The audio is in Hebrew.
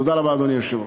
תודה רבה, אדוני היושב-ראש.